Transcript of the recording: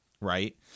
Right